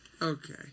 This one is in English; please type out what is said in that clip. Okay